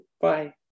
bye